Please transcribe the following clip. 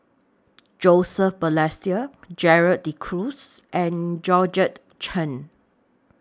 Joseph Balestier Gerald De Cruz and Georgette Chen